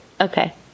okay